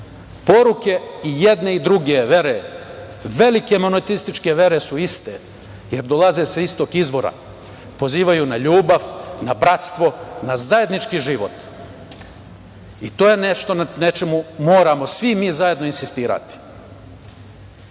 i jedne druge vere, velike monoteističke vere su iste, jer dolaze sa istog izvora. Pozivaju na ljubav, na bratstvo, na zajednički život. To je nešto na čemu mi svi zajedno moramo